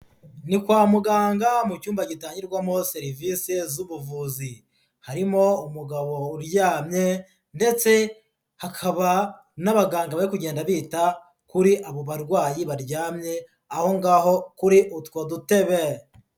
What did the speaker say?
Ni kwa muganga mu cyumba gitangirwamo serivisi z'ubuvuzi, harimo umugabo uryamye ndetse hakaba n'abaganga bari kugenda bita kuri abo barwayi baryamye aho ngaho kuri utwo dutebe.